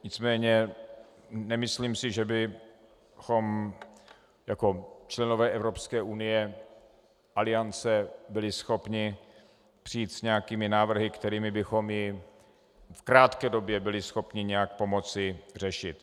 Nicméně si nemyslím, že bychom jako členové Evropské unie, Aliance, byli schopni přijít s nějakými návrhy, kterými bychom ji v krátké době byli schopni nějak pomoci řešit.